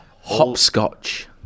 Hopscotch